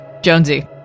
Jonesy